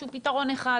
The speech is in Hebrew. שהוא פתרון אחד,